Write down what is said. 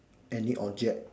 any object